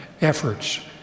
efforts